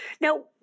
Now